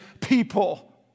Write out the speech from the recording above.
people